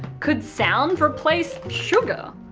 could sound replace sugar?